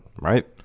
right